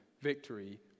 victory